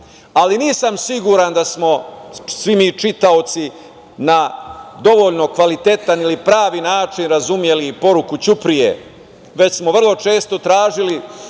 siguran da smo svi mi čitaoci na dovoljno kvalitetan ili pravi način razumeli poruku ćuprije, već smo vrlo često tražili